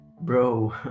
bro